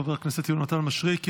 חבר הכנסת יונתן מישרקי.